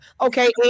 Okay